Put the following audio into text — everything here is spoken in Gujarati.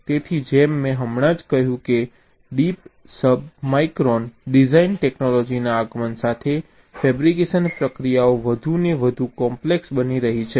તેથી જેમ મેં હમણાં જ કહ્યું છે કે ડીપ સબમાઇક્રોન ડિઝાઇન ટેક્નોલોજીના આગમન સાથે ફેબ્રિકેશન પ્રક્રિયાઓ વધુ ને વધુ કોમ્પ્લેક્સ બની રહી છે